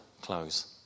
close